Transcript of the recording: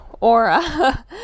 aura